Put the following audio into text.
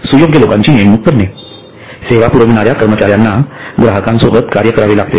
सुयोग्य लोकांची नेमणूक करणे सेवा पुरविणाऱ्या कर्मचार्यांनां ग्राहकांसोबत कार्य करावे लागते